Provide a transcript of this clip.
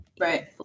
Right